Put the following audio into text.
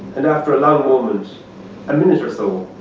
and after a long moment, a minute or so,